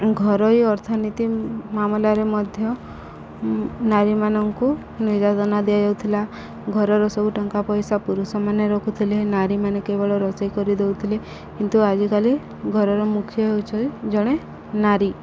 ଘରୋଇ ଅର୍ଥନୀତି ମାମଲାରେ ମଧ୍ୟ ନାରୀମାନଙ୍କୁ ନିର୍ଯାତନା ଦିଆଯାଉଥିଲା ଘରର ସବୁ ଟଙ୍କା ପଇସା ପୁରୁଷମାନେ ରଖୁଥିଲେ ନାରୀମାନେ କେବଳ ରୋଷେଇ କରିଦଉଥିଲେ କିନ୍ତୁ ଆଜିକାଲି ଘରର ମୁଖ୍ୟ ହେଉଛନ୍ତି ଜଣେ ନାରୀ